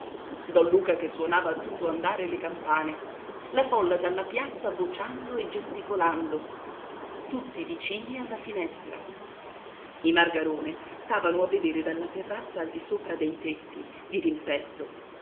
don luca che suonava a tutto andare le campane la folla dalla piazza vociando e gesticolando tutti i vicini alla finestra i margarone stavano a vedere dalla terrazza al di sopra dei tetti dirimpetto